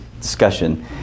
discussion